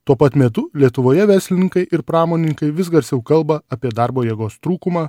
tuo pat metu lietuvoje verslininkai ir pramonininkai vis garsiau kalba apie darbo jėgos trūkumą